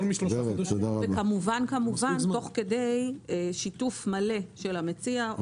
וכמובן כמובן תוך שיתוף מלא של המציע.